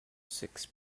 six